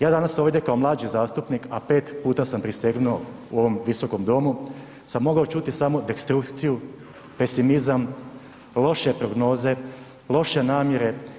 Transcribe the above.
Ja danas ovdje kao mlađi zastupnik, a pet puta sam prisegnuo u ovom Visokom domu sam mogao čuti samo destrukciju, pesimizam, loše prognoze, loše namjere.